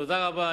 תודה רבה.